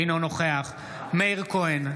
אינו נוכח מאיר כהן,